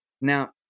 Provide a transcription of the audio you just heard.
Now